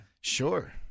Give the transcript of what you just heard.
Sure